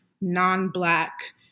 non-Black